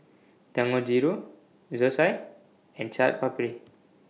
Dangojiru Zosui and Chaat Papri